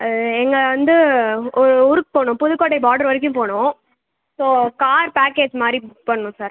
எங்களை வந்து ஒரு ஊருக்கு போகனும் புதுக்கோட்டை பார்டர் வரைக்கும் போகனும் ஸோ கார் பேக்கேஜ் மாதிரி புக் பண்ணனும் சார்